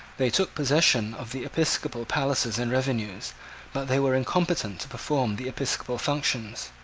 they took possession of the episcopal palaces and revenues but they were incompetent to perform the episcopal functions.